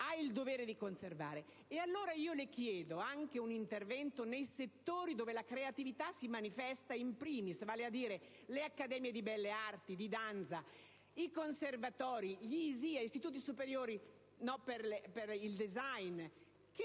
ha il dovere di conservare. Allora le chiedo anche un intervento nei settori dove la creatività si manifesta: *in primis*, le accademie di belle arti, di danza, i conservatori, gli istituti superiori, l'istituto